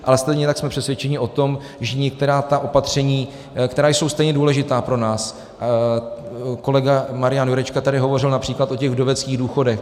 Ale stejně tak jsme přesvědčeni o tom, že některá ta opatření, která jsou stejně důležitá pro nás kolega Marian Jurečka tady hovořil například o těch vdoveckých důchodech.